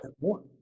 more